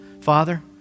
Father